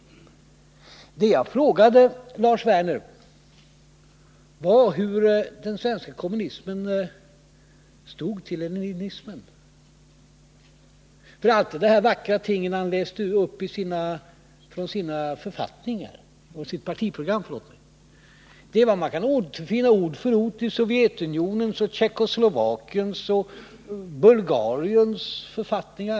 Det jag frågade Lars Werner var hur den svenska kommunismen ställer sig till leninismen. Alla de vackra ting han läste upp från sitt partiprogram är vad man kan återfinna ord för ord i Sovjetunionens, Tjeckoslovakiens och Bulgariens författningar.